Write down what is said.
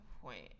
point